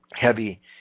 heavy